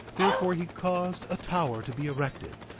therefore he caused a tower to be erected,